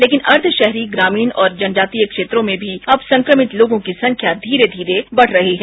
लेकिन अर्धशहरी ग्रामीण और जनजातीय क्षेत्रों में भी अब संक्रमित लोगों की संख्या धीरे धीरे बढ़ रही है